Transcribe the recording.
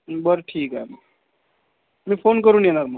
बरं ठीक आहे मी फोन करून येणार मग